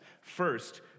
First